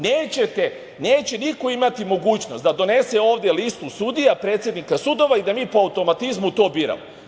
Neće niko imati mogućnost da donese ovde listu sudija predsednika sudova i da mi po automatizmu to biramo.